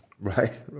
Right